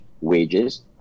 wages